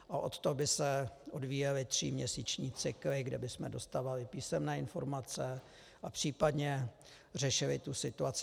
A od toho by se odvíjely tříměsíční cykly, kde bychom dostávali písemné informace a případně řešili tu situaci.